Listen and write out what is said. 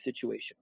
situation